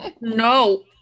No